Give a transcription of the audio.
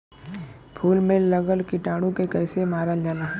फूल में लगल कीटाणु के कैसे मारल जाला?